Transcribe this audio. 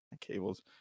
cables